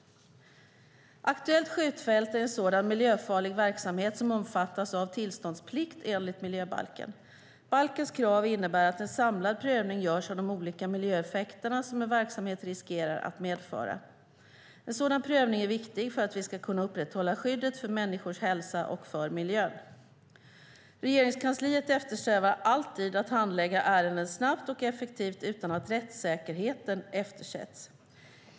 Aktuellt skjutfält är en sådan miljöfarlig verksamhet som omfattas av tillståndsplikt enligt miljöbalken. Balkens krav innebär att en samlad prövning görs av de olika miljöeffekter som en verksamhet riskerar att medföra. En sådan prövning är viktig för att vi ska kunna upprätthålla skyddet för människors hälsa och för miljön. Regeringskansliet eftersträvar alltid att handlägga ärenden snabbt och effektivt utan att rättssäkerheten eftersätts.